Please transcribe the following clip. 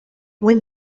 when